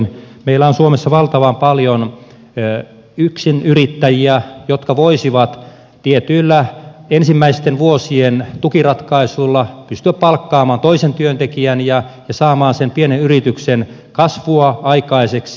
meillä on suomessa valtavan paljon yksinyrittäjiä jotka voisivat tietyillä ensimmäisten vuosien tukiratkaisuilla pystyä palkkaamaan toisen työntekijän ja saamaan sen pienen yrityksen kasvua aikaiseksi